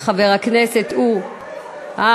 חבר הכנסת, היי, היי, רגע, רגע.